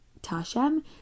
Tashem